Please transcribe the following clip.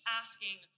asking